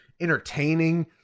entertaining